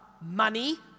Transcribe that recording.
money